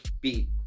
beat